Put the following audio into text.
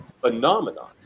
phenomenon